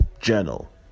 journal